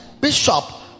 Bishop